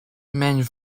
mijn